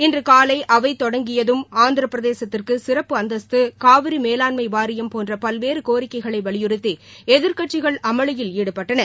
இன்று காலை அவை தொடங்கியதும் ஆந்திரபிரதேசத்து சிறப்பு அந்தஸ்து காவிரி மேலாண்மை வாரியம் போன்ற பல்வேறு கோரிக்கைகளை வலியுறுத்தி எதிர்கட்சிகள் அமளியில் ஈடுபட்டன